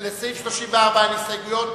לסעיף 34 אין הסתייגויות.